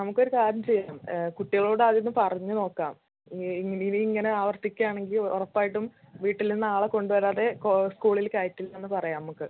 നമുക്കൊരു കാര്യം ചെയ്യാം കുട്ടികളോട് ആദ്യം ഒന്ന് പറഞ്ഞ് നോക്കാം ഇനി ഇങ്ങനെ അവർത്തിക്കുകയാണെങ്കിൽ ഉറപ്പായിട്ടും വീട്ടിൽ നിന്ന് ആളെ കൊണ്ടുവരാതെ കൊ സ്കൂളിൽ കയറ്റില്ല എന്ന് പറയാം നമുക്ക്